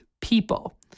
people